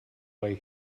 way